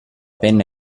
penna